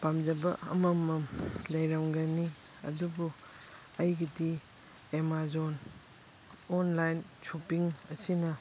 ꯄꯥꯝꯖꯕ ꯑꯃꯃꯝ ꯂꯩꯔꯝꯒꯅꯤ ꯑꯗꯨꯕꯨ ꯑꯩꯒꯤꯗꯤ ꯑꯥꯃꯥꯖꯣꯟ ꯑꯣꯟꯂꯥꯏꯟ ꯁꯣꯞꯄꯤꯡ ꯑꯁꯤꯅ